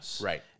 Right